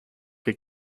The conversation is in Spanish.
que